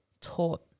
taught